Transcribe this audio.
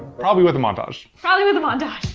probably with a montage. probably with a montage.